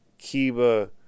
Kiba